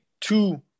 two